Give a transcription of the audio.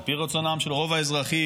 על פי רצונם של רוב האזרחים,